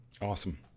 Awesome